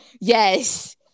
Yes